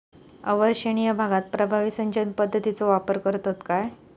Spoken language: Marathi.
अवर्षणिय भागात प्रभावी सिंचन पद्धतीचो वापर करतत काय?